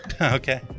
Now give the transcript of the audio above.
Okay